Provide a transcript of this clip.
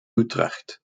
utrecht